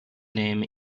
name